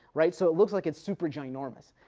right. so it looks like it's super ginormous.